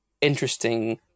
interesting